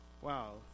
Wow